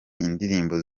indirimbo